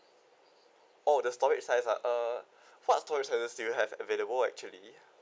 oh the storage size ah uh what storage sizes do you have available actually